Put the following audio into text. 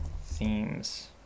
themes